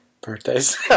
birthdays